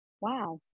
wow